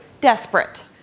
desperate